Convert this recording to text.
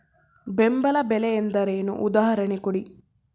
ಬೆಂಬಲ ಬೆಲೆ ಎಂದರೇನು, ಉದಾಹರಣೆ ಕೊಡಿ?